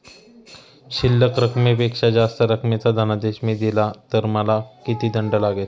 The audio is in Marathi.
शिल्लक रकमेपेक्षा जास्त रकमेचा धनादेश मी दिला तर मला किती दंड लागेल?